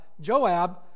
Joab